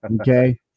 Okay